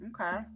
Okay